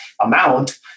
amount